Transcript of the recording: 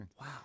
Wow